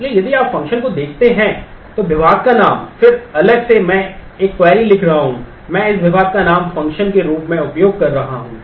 इसलिए यदि आप फ़ंक्शन को देखते हैं तो विभाग का नाम है फिर अलग से मैं एक क्वेरी लिख रहा हूं मैं इस विभाग का नाम फ़ंक्शन के रूप में उपयोग कर रहा हूं